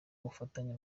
ubufatanye